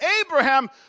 Abraham